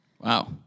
Wow